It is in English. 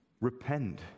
Repent